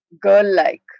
girl-like